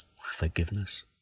forgiveness